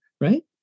right